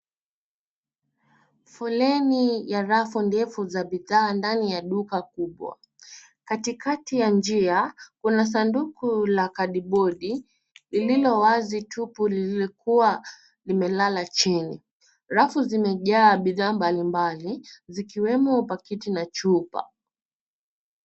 Foleni ya rafu ndefu za bidhaa ndani ya duka kubwa. Katikati ya njia kuna sanduku la kadibodi lililowazi tupu linalokuwa limelala chini. Rafu zimejaa bidhaa mbalimbali zikiwemo pakiti na chupa.